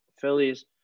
Phillies